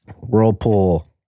whirlpool